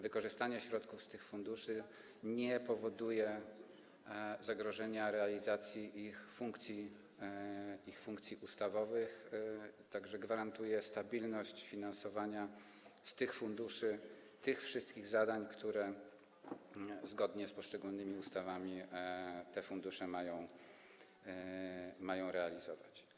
Wykorzystanie środków z tych funduszy nie powoduje zagrożenia realizacji ich funkcji ustawowych, jest zagwarantowana stabilność finansowania z tych funduszy tych wszystkich zadań, które zgodnie z poszczególnymi ustawami te fundusze mają realizować.